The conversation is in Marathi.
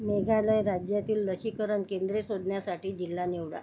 मेघालय राज्यातील लसीकरण केंद्रे शोधण्यासाठी जिल्हा निवडा